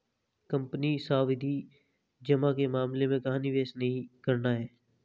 Company सावधि जमा के मामले में कहाँ निवेश नहीं करना है?